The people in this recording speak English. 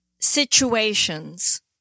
situations